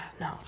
no